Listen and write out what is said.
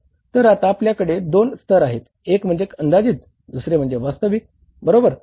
तर आता आपल्याकडे दोन स्तर आहेत एक म्हणजे अंदाजित दुसरे म्हणजे वास्तविक बरोबर